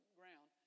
ground